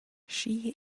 she